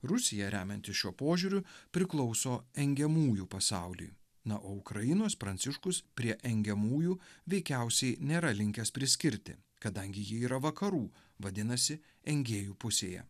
rusija remiantis šiuo požiūriu priklauso engiamųjų pasauliui na o ukrainos pranciškus prie engiamųjų veikiausiai nėra linkęs priskirti kadangi ji yra vakarų vadinasi engėjų pusėje